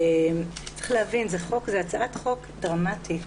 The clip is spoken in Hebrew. צריך להבין, זו הצעת חוק דרמטית,